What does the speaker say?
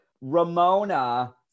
ramona